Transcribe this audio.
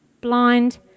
blind